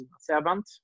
servant